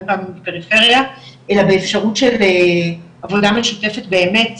פעמים בפריפריה אלא באפשרות של עבודה משותפת באמת,